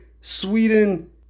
Sweden